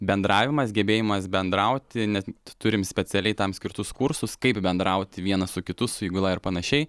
bendravimas gebėjimas bendrauti net turim specialiai tam skirtus kursus kaip bendrauti vienas su kitu su įgula ir panašiai